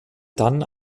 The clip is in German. dann